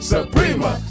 Suprema